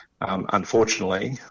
Unfortunately